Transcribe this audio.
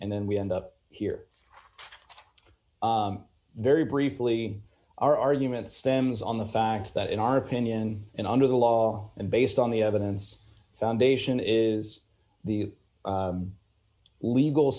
and then we end up here very briefly our argument stems on the fact that in our opinion and under the law and based on the evidence foundation is the legal